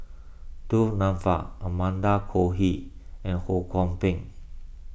Du Nanfa Amanda Koe He and Ho Kwon Ping